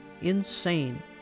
insane